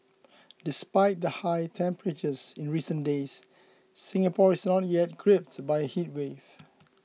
despite the high temperatures in recent days Singapore is not yet gripped by a heatwave